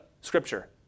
scripture